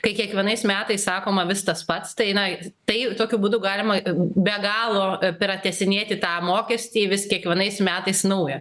kai kiekvienais metais sakoma vis tas pats tai na tai tokiu būdu galima be galo pratęsinėti tą mokestį vis kiekvienais metais naują